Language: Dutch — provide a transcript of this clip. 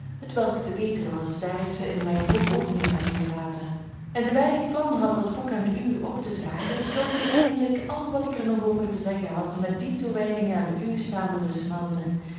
hetwelk te beter was daar ik ze in mijn boek ook niet had toegelaten en dewijl ik plan had dat boek aan u op te dragen besloot ik eindelijk al wat ik er nog over te zeggen had met die toewijding aan u samen te smelten